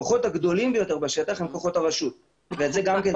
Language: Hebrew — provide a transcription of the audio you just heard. הכוחות הגדולים ביותר בשטח הם כוחות הרשות וגם את זה צריך לומר.